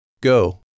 Go